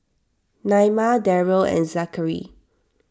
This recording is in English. Naima Darell and Zachary